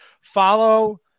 follow